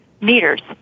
meters